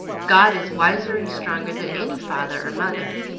god is wiser and stronger than any father or mother,